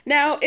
Now